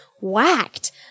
whacked